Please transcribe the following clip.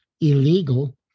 illegal